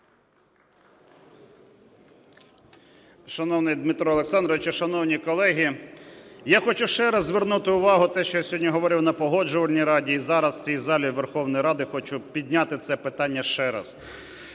Шановний Дмитре Олександровичу, шановні колеги! Я хочу ще раз звернути увагу те, що я сьогодні говорив на Погоджувальній раді, і зараз в цій залі Верховної Ради хочу підняти це питання ще раз.